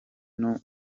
n’u